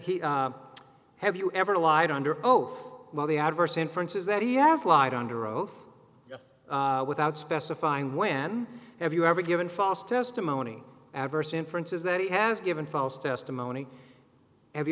then have you ever lied under oath while the adverse inference is that he has lied under oath without specifying when have you ever given false testimony adverse inferences that he has given false testimony have you